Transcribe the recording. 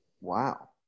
Wow